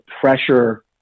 pressure